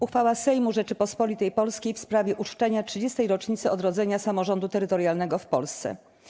Uchwała Sejmu Rzeczypospolitej Polskiej w sprawie uczczenia 30. rocznicy odrodzenia samorządu terytorialnego w Polsce.